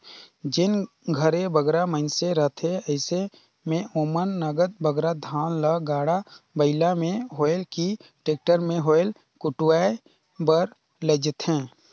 जेन घरे बगरा मइनसे रहथें अइसे में ओमन नगद बगरा धान ल गाड़ा बइला में होए कि टेक्टर में होए कुटवाए बर लेइजथें